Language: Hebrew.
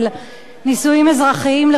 נישואים אזרחיים לכולם,